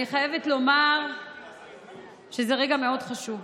אני חייבת לומר שזה רגע מאוד חשוב.